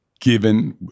given